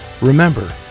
Remember